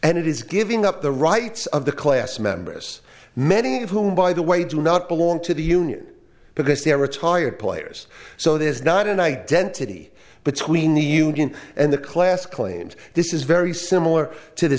is giving up the rights of the class members many of whom by the way do not belong to the union because they are retired players so there is not an identity between the union and the class claims this is very similar to the